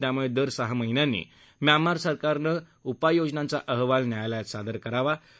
त्यामुळे दर सहा महिन्यांनी म्यामा सरकारनं उपाययोजनांचा अहवाल न्यायलयात सादर करवा लागेलं